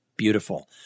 beautiful